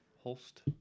Holst